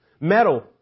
Metal